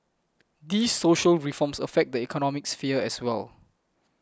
these social reforms affect the economic sphere as well